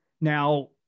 Now